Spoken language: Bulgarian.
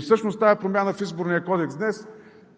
Всъщност тази промяна в Изборния кодекс днес